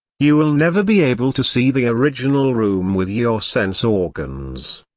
you will never be able to see the original room with your sense organs.